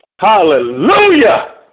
Hallelujah